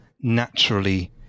naturally